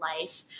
life